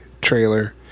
trailer